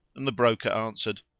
and the broker answered,